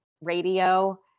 radio